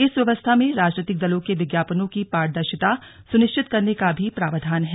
इस व्यवस्था में राजनीतिक दलों के विज्ञापनों की पारदर्शिता सुनिश्चित करने का भी प्रावधान है